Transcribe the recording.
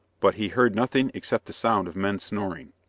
but he heard nothing except the sound of men snoring.